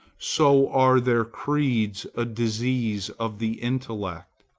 so are their creeds a disease of the intellect.